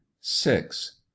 six